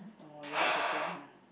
oh you like Japan ha